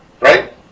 right